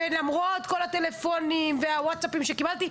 ולמרות כל הטלפונים והוואטסאפים שקיבלתי,